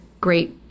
great